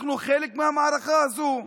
אנחנו חלק מהמערכה הזו.